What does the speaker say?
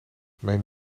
mijn